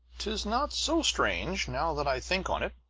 tis not so strange, now that i think on it.